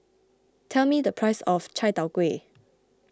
tell me the price of Chai Tow Kuay